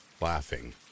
laughing